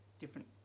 different